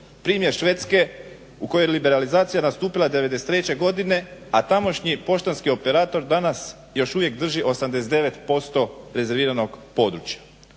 Primjer Švedske u kojoj je liberalizacija nastupila '93. godine, a tamošnji poštanski operator danas još uvijek drži 89% rezerviranog područja.